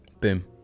boom